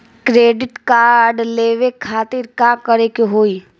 Credit card लेवे खातिर का करे के होई?